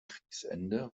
kriegsende